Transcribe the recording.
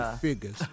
figures